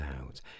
out